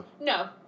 No